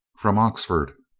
from oxford.